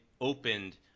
opened